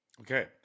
Okay